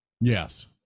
Yes